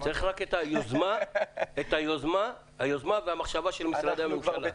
צריך רק את היוזמה והמחשבה של משרדי הממשלה.